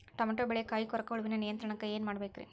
Tomato ಬೆಳೆಯ ಕಾಯಿ ಕೊರಕ ಹುಳುವಿನ ನಿಯಂತ್ರಣಕ್ಕ ಏನ್ ಮಾಡಬೇಕ್ರಿ?